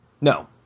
No